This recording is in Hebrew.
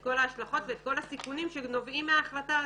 כל ההשלכות וכל הסיכונים שנובעים מההחלטה הזאת.